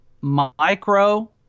micro